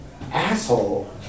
asshole